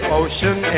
ocean